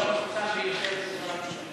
מה עם הכביש המפורסם ביותר באזור המשולש?